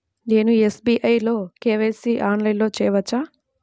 నేను ఎస్.బీ.ఐ లో కే.వై.సి ఆన్లైన్లో చేయవచ్చా?